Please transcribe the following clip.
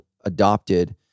adopted